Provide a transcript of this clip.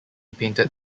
painted